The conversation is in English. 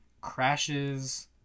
crashes